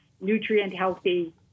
nutrient-healthy